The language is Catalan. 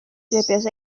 pròpies